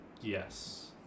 Yes